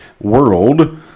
world